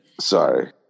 Sorry